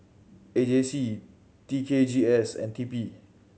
A J C T K G S and T P